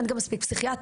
אין גם מספיק פסיכיאטרים.